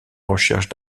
recherche